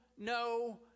no